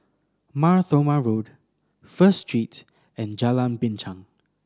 Mar Thoma Road First Street and Jalan Binchang